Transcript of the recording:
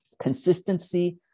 Consistency